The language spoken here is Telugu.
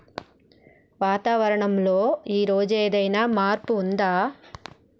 వాతావరణం లో ఈ రోజు ఏదైనా మార్పు ఉందా?